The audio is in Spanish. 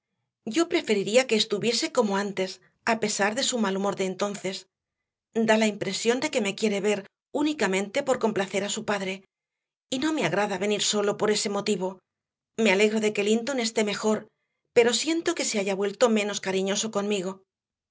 yo preferiría que estuviese como antes a pesar de su mal humor de entonces da la impresión de que me quiere ver únicamente por complacer a su padre y no me agrada venir sólo por ese motivo me alegro de que linton esté mejor pero siento que se haya vuelto menos cariñoso conmigo